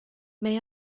may